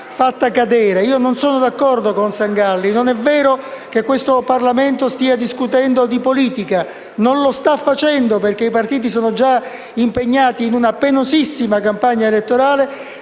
va trascurata: non sono d'accordo con il senatore Sangalli e non è vero che questo Parlamento stia discutendo di politica. Non lo sta facendo, perché i partiti sono già impegnati in una penosissima campagna elettorale